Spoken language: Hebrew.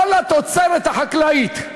כל התוצרת החקלאית,